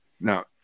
Now